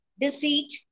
deceit